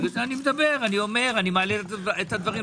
אני מעלה את הדברים.